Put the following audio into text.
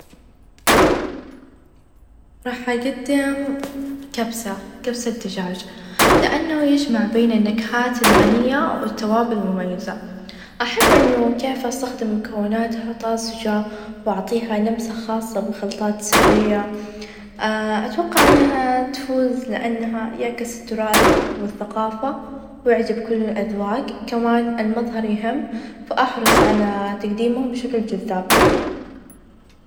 راح أقدم -كبسة- كبسة دجاج لإنه يجمع بين النكهات الغنية، والتوابل المميزة، أحب إنه كيف استخدم مكوناتها طازجة وأعطيها لمسة خاصة بالخلطات السرية أتوقع إنها تفوز لأنها يعكس التراث والثقافة، ويعجب كل الأذواق ، كمان المظهر يهم فأحرص على تقديمه بشكل جذاب.